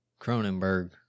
Cronenberg